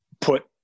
put